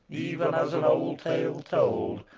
even as an old tale told!